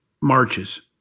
marches